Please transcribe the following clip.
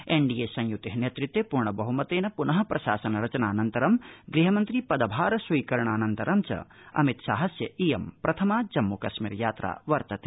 NDA संयुते नेतृत्वे पूर्णबहमतेन पुन प्रशासन रचनानंतरं गृहमन्त्री पदभार स्वीकरणानन्तरं अमितशाहस्य इयं प्रथमा जम्मू कश्मीर यात्रा वर्तते